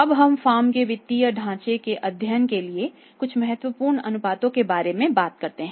अब हम फर्म के वित्तीय ढांचे के अध्ययन के लिए कुछ महत्वपूर्ण अनुपातों के बारे में बात करते हैं